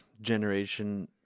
generation